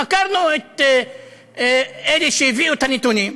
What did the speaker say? חקרנו את אלה שהביאו את הנתונים,